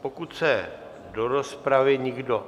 Pokud se do rozpravy nikdo...